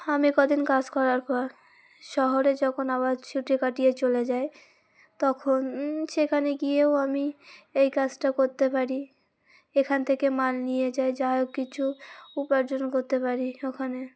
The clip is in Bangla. আমি কদিন কাজ করার পর শহরে যখন আবার ছুটি কাটিয়ে চলে যাই তখন সেখানে গিয়েও আমি এই কাজটা করতে পারি এখান থেকে মাল নিয়ে যাই যা হোক কিছু উপার্জন করতে পারি ওখানে